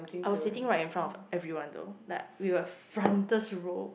I was sitting right in front of everyone though like we were frontest row